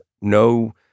no